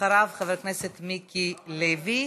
אחריו, חבר הכנסת מיקי לוי.